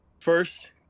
first